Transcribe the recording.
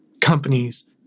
companies